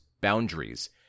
boundaries